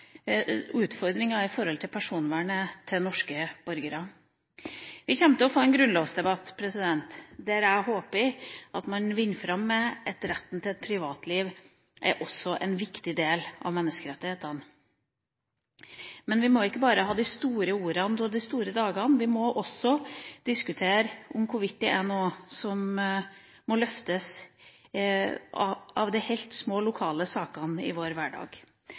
til store utfordringer for norske borgeres personvern. Vi kommer til å få en grunnlovsdebatt der jeg håper man vinner fram med at retten til et privatliv også er en viktig del av menneskerettighetene. Men vi må ikke bare ha de store ordene og de store dagene; vi må også diskutere hvorvidt noe av det som må løftes, er de helt små lokale sakene i vår hverdag.